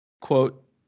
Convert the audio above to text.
Quote